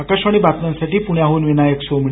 आकाशवाणी बातम्यांसाठी पुण्याहन विनायक सोमणी